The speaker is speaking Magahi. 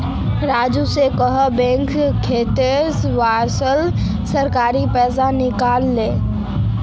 राजू स कोहो बैंक खातात वसाल सरकारी पैसा निकलई ले